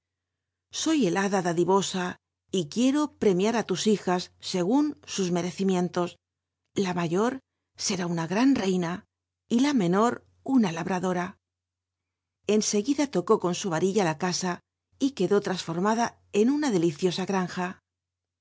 el hada dadivosa y quiero premiar á lus hija cgt t n sus merccinti tnlos j a mayo r será una gran reina y la menor una labnulora en seguida tocó con u arilla la t a a l quedó irasformada en una dclicio a granja